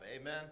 Amen